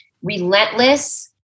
Relentless